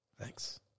Thanks